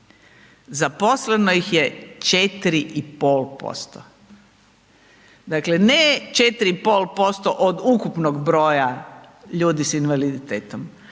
zaposleno ih je 4,5%. dakle, ne 4,5% od ukupnog broja ludi s invaliditetom,